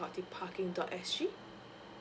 the parking dot S G